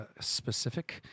specific